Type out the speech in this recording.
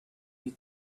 you